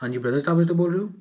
ਹਾਂਜੀ ਬ੍ਰਦਰਜ਼ ਢਾਬੇ ਤੋਂ ਬੋਲ ਰਹੇ ਹੋ